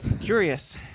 curious